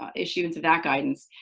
issuance of that guidance,